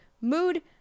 Mood